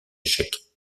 échecs